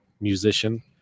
musician